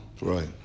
Right